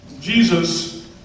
Jesus